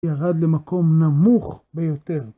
ירד למקום נמוך ביותר.